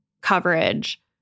coverage